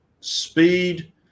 speed